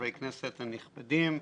חברי הכנסת הנכבדים,